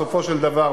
בסופו של דבר,